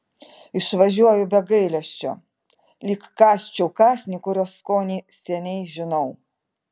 išvažiuoju be gailesčio lyg kąsčiau kąsnį kurio skonį seniai žinau